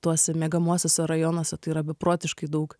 tuose miegamuosiuose rajonuose tai yra beprotiškai daug